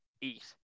eat